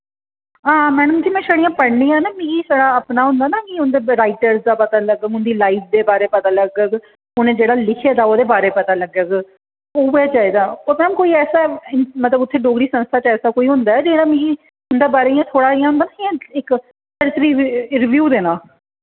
हां मैडम जी में शड़ियां पढ़नियां न मिगी शड़ा अपना होंदा ना कि उंदा राइटरस दा पता लग्गग उंदी लाइफ दे बारे पता लग्गग उ'नै जेह्ड़ा लिखे दा उदे बारे पता लग्गग उयै चाहिदा और मैम कोई ऐसा मतलब उत्थे डोगरी संस्था च ऐसा कोई होंदा ऐ जेह्ड़ा मिकी उंदे बारे इ'यां थोह्ड़ा इ'यां होंदा निं इ'यां इक रिव रिव्यु देना